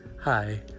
Hi